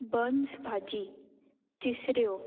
buns bhaji तिसऱ्यो